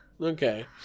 Okay